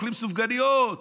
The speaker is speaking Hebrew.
אוכלים סופגניות,